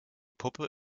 puppe